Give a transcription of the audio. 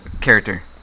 Character